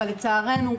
אבל לצערנו,